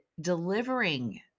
delivering